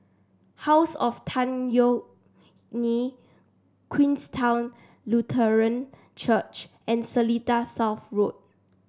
house of Tan Yeok Nee Queenstown Lutheran Church and Seletar South Road